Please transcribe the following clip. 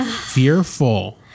fearful